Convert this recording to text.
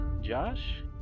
Josh